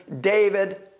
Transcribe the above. David